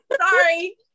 Sorry